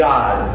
God